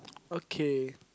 okay